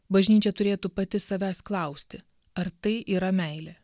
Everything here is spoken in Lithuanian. bažnyčia turėtų pati savęs klausti ar tai yra meilė